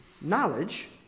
knowledge